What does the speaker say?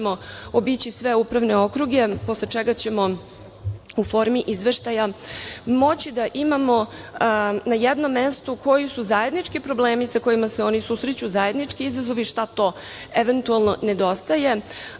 obići sve upravne okruge, posle čega ćemo u formi izveštaja moći da imamo na jednom mestu koji su zajednički problemi sa kojima se oni susreću, zajednički izazovi, šta to eventualno nedostaje,